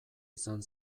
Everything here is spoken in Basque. izan